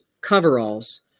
coveralls